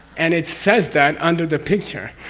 and it says that under the picture